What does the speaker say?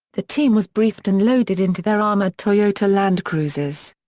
the team was briefed and loaded into their armored toyota land cruisers.